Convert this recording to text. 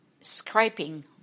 scraping